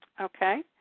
okay